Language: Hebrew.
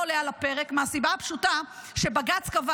לא עולה על הפרק מהסיבה הפשוטה שבג"ץ קבע